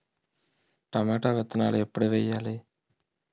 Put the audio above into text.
Tomato విత్తనాలు ఎప్పుడు వెయ్యాలి?